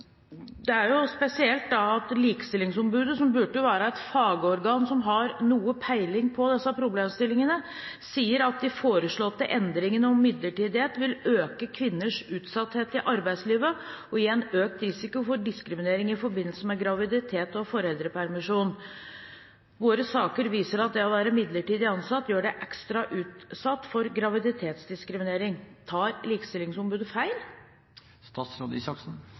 Det er spesielt at likestillingsombudet, som burde representere et fagorgan som har noe peiling på disse problemstillingene, sier: «De foreslåtte endringene om midlertidighet vil øke kvinners utsatthet i arbeidslivet, og gi en økt risiko for diskriminering i forbindelse med graviditet og foreldrepermisjon. Våre saker viser at det å være midlertidig ansatt gjør deg ekstra utsatt for graviditetsdiskriminering.» Tar likestillingsombudet